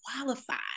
qualified